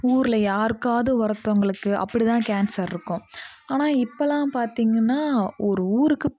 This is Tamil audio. ஊர்ல யாருக்காவது ஒருத்தவங்களுக்கு அப்படி தான் கேன்சர் இருக்கும் ஆனால் இப்பெல்லாம் பார்த்திங்கன்னா ஒரு ஊருக்கு